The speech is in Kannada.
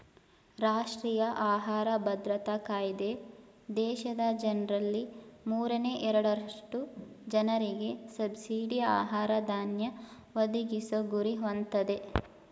ರಾಷ್ಟ್ರೀಯ ಆಹಾರ ಭದ್ರತಾ ಕಾಯ್ದೆ ದೇಶದ ಜನ್ರಲ್ಲಿ ಮೂರನೇ ಎರಡರಷ್ಟು ಜನರಿಗೆ ಸಬ್ಸಿಡಿ ಆಹಾರ ಧಾನ್ಯ ಒದಗಿಸೊ ಗುರಿ ಹೊಂದಯ್ತೆ